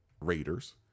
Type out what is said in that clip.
Raiders